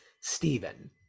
Stephen